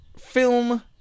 film